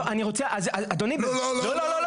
אני רוצה, אדוני --- לא, לא.